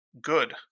good